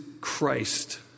Christ